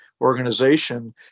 organization